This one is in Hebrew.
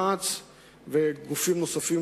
מע"צ וגופים נוספים,